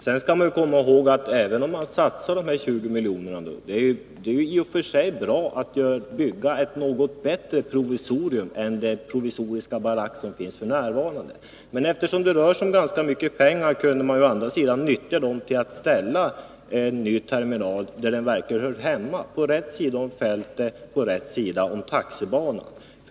Sedan skall vi komma ihåg att det, även om man satsar de här 20 miljonerna på den gamla flygstationen, ändå bara är att bygga en något bättre övergångsterminal än den provisoriska barack som finns f. n. Men eftersom det rör sig om ganska mycket pengar kunde man å andra sidan utnyttja dessa till att förlägga en ny terminal där den verkligen hör hemma, dvs. på rätt sida om fältet och på rätt sida om taxibanan.